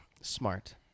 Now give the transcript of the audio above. smart